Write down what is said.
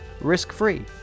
risk-free